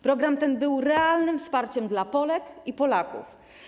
Program ten był realnym wsparciem dla Polek i Polaków.